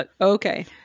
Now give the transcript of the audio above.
Okay